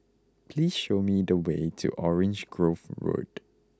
please show me the way to Orange Grove Road